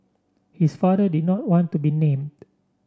his father did not want to be named